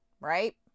right